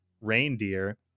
reindeer